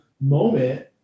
moment